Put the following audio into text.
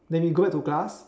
then we go back to class